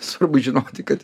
svarbu žinoti kad